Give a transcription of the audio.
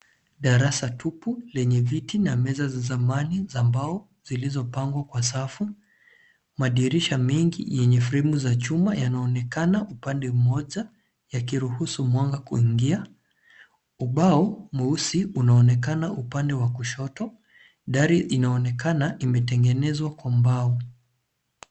Darasa tupu lenye viti na meza za zamani za mbao zilizopangwa kwa safu. Madirisha mengi yenye fremu za chuma yanaonekana upande mmoja yakiruhusu mwanga kuingia. Ubao mweusi unaonekana upande wa kushoto. dari inaonekana imetengenezwa kwa mbao.